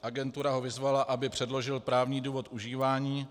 Agentura ho vyzvala, aby předložil právní důvod užívání.